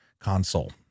console